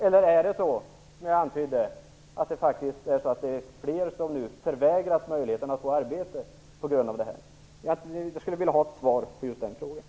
Eller är det så, som jag antydde, att det faktiskt är fler som nu förvägras möjligheten till arbete på grund av återställaren. Jag skulle vilja ha ett svar på just dessa frågor.